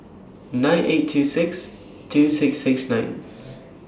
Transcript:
nine eight two six two six six nine